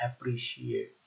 appreciate